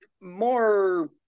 more